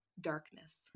darkness